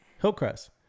hillcrest